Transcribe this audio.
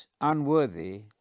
unworthy